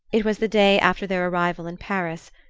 it was the day after their arrival in paris,